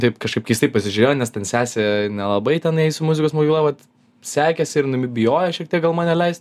taip kažkaip keistai pasižiūrėjo nes ten sesė nelabai tenai su muzikos mokykla vat sekėsi ir nu bi bijojo šiek tiek gal mane leist